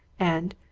and,